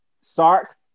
Sark